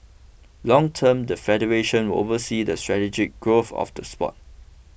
long term the federation will oversee the strategic growth of the sport